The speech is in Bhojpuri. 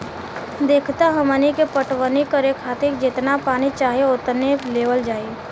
देखऽ हमनी के पटवनी करे खातिर जेतना पानी चाही ओतने लेवल जाई